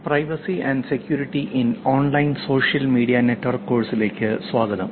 privacy and security in online social media networks കോഴ്സിലേക്ക് സ്വാഗതം